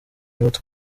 not